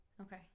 okay